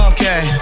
Okay